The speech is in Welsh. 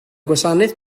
gwasanaeth